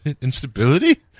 instability